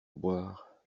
boire